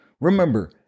remember